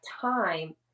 time